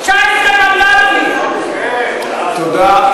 19 מנדטים, תודה.